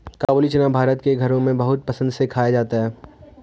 काबूली चना भारत के घरों में बहुत पसंद से खाया जाता है